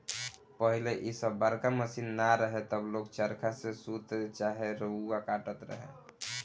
पहिले जब इ सब बड़का मशीन ना रहे तब लोग चरखा से सूत चाहे रुआ काटत रहे